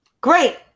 Great